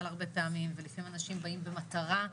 הרבה פעמים ולפעמים אנשים באים במטרה,